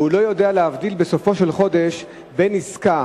והוא לא יודע להבדיל בסופו של חודש בין עסקה